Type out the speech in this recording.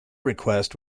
request